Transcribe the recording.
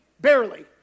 barely